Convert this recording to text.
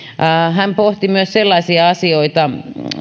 hän pohti myös sellaisia asioita